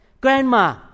Grandma